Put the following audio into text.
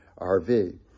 RV